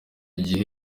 gihe